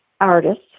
artists